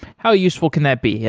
how useful can that be?